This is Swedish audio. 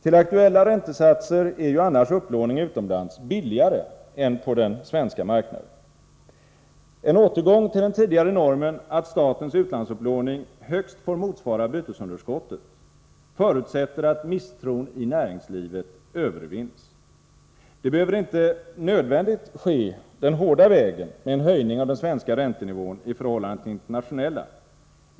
Till aktuella räntesatser är ju annars upplåning utomlands billigare än på den svenska marknaden. En återgång till den tidigare normen att statens utlandsupplåning högst får motsvara bytesunderskottet förutsätter att misstron i näringslivet övervinns. Det behöver inte nödvändigt ske den tunga vägen med en höjning av den svenska räntenivån i förhållande till den internationella.